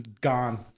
gone